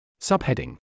Subheading